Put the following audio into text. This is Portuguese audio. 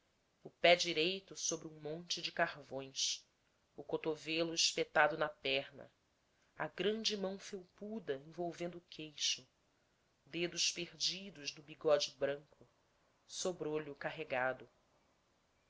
o pé direito sobre um monte enorme de carvões o cotovelo espetado na perna a grande mão felpuda envolvendo o queixo dedos perdidos no bigode branco sobrolho carregado